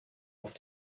auf